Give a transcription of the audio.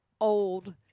old